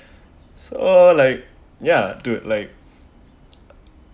so like ya to like